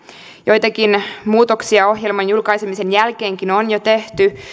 joitakin muutoksia ohjelman julkaisemisen jälkeenkin on jo tehty